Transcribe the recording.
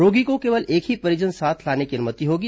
रोगी को केवल एक ही परिजन साथ लाने की अनुमति होगी